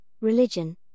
religion